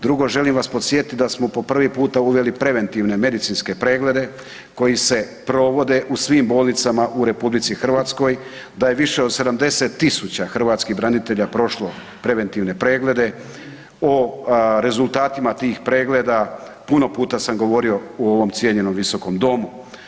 Drugo, želim vas podsjetit da smo po prvi puta uveli preventivne medicinske preglede koji se provode u svim bolnicama u RH, da je više od 70 000 hrvatskih branitelja prošlo preventivne preglede, o rezultatima tih pregleda, puno puta sam govorio u ovom cijenjenom Viskom domu.